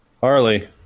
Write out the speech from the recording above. Harley